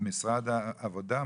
ממשרד העבודה.